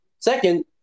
Second